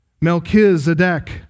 Melchizedek